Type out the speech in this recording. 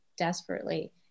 Desperately